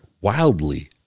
wildly